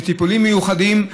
בטיפולים מיוחדים,